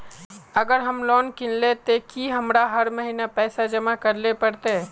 अगर हम लोन किनले ते की हमरा हर महीना पैसा जमा करे ले पड़ते?